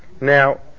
now